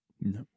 no